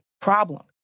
problem